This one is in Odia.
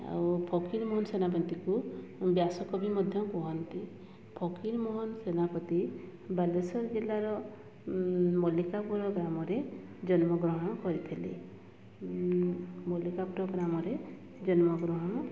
ଆଉ ଫକୀର ମୋହନ ସେନାପତିଙ୍କୁ ବ୍ୟାସକବି ମଧ୍ୟ କୁହନ୍ତି ଫକୀର ମୋହନ ସେନାପତି ବାଲେଶ୍ଵର ଜିଲ୍ଲାର ମଲ୍ଲିକାପୁର ଗ୍ରାମରେ ଜନ୍ମଗ୍ରହଣ କରିଥିଲେ ମଲ୍ଲିକାପୁର ଗ୍ରାମରେ ଜନ୍ମଗ୍ରହଣ